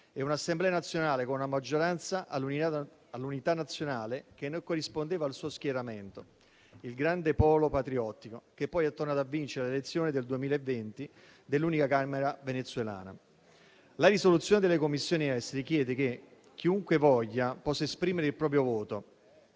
e un'Assemblea nazionale con una maggioranza allineata all'unità nazionale, che non corrispondeva al suo schieramento, il grande polo patriottico, che poi è tornato, nel 2020, a vincere le elezioni dell'unica Camera venezuelana. La risoluzione della Commissione affari esteri chiede che chiunque voglia possa esprimere il proprio voto,